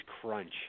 Crunch